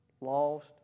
lost